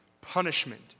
punishment